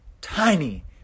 tiny